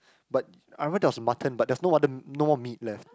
but I remember there was a mutton but there was no other m~ no more meat left